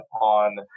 on